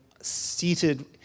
seated